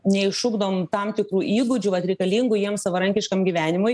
neišugdom tam tikrų įgūdžių vat reikalingų jiem savarankiškam gyvenimui